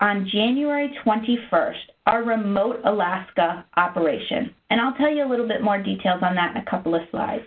on january twenty one, our remote alaska operation, and i'll tell you a little bit more details on that in a couple of slides.